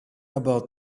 about